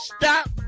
Stop